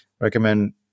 recommend